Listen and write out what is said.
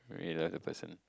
really like the person